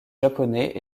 japonais